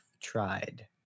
tried